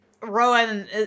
Rowan